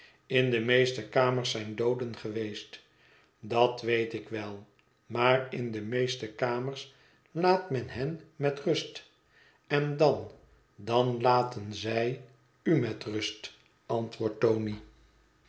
in de meeste kamers zijn dooden geweest dat weet ik wel maar in de meeste kamers laat men hen met rust en dan dan laten zij u met rust antwoordt tony